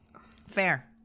fair